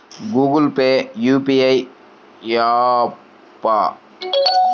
Google Pay UPI య్యాపా?